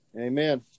Amen